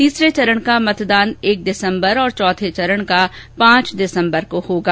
तीसरे चरण का मतदान एक दिसंबर और चौथे चरण का पांच दिसंबर को होगा